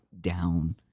down